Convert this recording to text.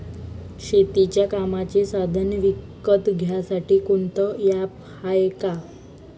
शेतीच्या कामाचे साधनं विकत घ्यासाठी कोनतं ॲप हाये का?